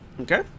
Okay